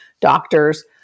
doctors